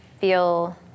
feel